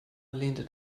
lehnte